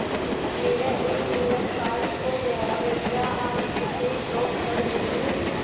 मेरा ATM card खो गया है क्या आप उसे ब्लॉक कर देंगे?